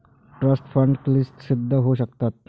trust fund क्लिष्ट सिद्ध होऊ शकतात